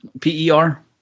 P-E-R